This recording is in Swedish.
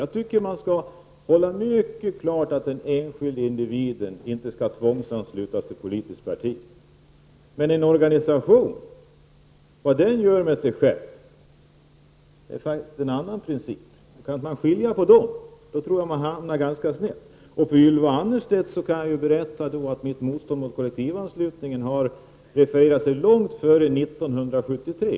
Jag tycker att man skall göra mycket klart att den enskilda individen inte kan tvångsanslutas till politiskt parti. Men vad en organisation gör med sig själv är faktiskt en annan sak. Kan man inte skilja på dem, tror jag att man hamnar ganska snett. För Ylva Annerstedt kan jag berätta att mitt motstånd mot kollektivanslutningen började långt före 1973.